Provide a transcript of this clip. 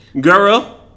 girl